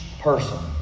person